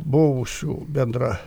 buvusių bendra